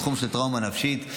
בתחום של טראומה נפשית.